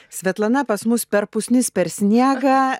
svetlana pas mus per pusnis per sniegą